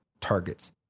targets